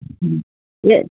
ہوں یہ